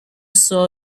saw